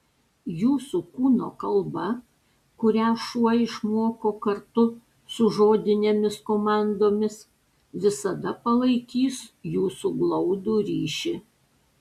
jūsų kūno kalba kurią šuo išmoko kartu su žodinėmis komandomis visada palaikys jūsų glaudų ryšį